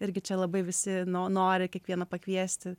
irgi čia labai visi nori kiekvieną pakviesti